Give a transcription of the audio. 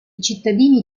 cittadini